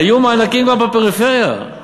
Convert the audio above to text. היו מענקים גם בפריפריה,